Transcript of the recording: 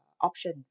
option